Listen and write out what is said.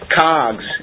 cogs